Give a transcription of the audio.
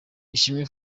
ishimwe